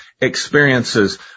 experiences